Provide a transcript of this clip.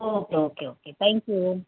okay okay okay thank you